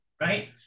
right